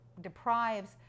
deprives